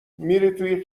میری